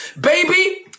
Baby